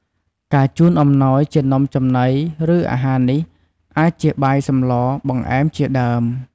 ការជូនអំណោយជានំចំណី ឬ អាហារនេះអាចជា បាយ សម្ល បង្អែម ជាដើម។